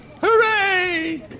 Hooray